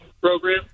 Program